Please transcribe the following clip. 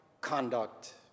conduct